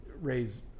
raise